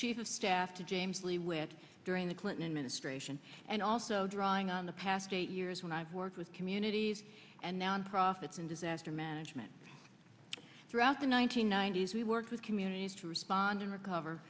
chief of staff to james lee witt during the clinton administration and also drawing on the past eight years when i've worked with communities and now on profits in disaster management throughout the one nine hundred ninety s we worked with communities to respond and recover